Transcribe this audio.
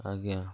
ଆଜ୍ଞା